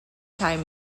time